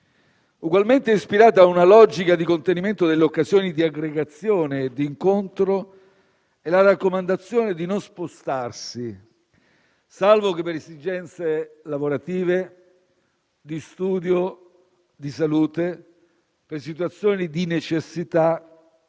Ugualmente ispirata a una logica di contenimento delle occasioni di aggregazione e di incontro è la raccomandazione di non spostarsi, salvo che per esigenze lavorative, di studio, di salute, per situazioni di necessità